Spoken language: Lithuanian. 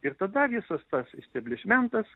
ir tada visas tas isteblišmentas